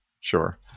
Sure